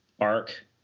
arc